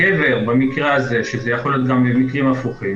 הגבר במקרה הזה ויכולים להיות גם מקרים הפוכים